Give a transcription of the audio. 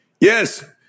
Yes